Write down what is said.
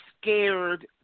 scared